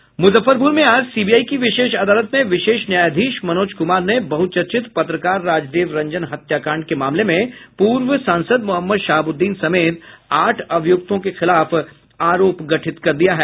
मुजफ्फरपुर में आज सीबीआई की विशेष अदालत में विशेष न्यायाधीश मनोज कुमार ने बहुचर्चित पत्रकार राजदेव रंजन हत्याकांड के मामले में पूर्व सांसद मोहम्मद शहाबुद्दीन समेत आठ अभियुक्तों के खिलाफ आरोप गठित कर दिया है